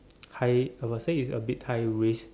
high I will say it's a bit high risk